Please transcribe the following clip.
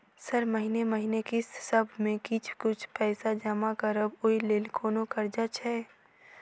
Sir महीने महीने किस्तसभ मे किछ कुछ पैसा जमा करब ओई लेल कोनो कर्जा छैय?